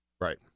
Right